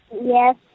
Yes